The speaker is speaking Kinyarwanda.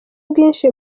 bwinshi